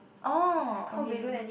oh okay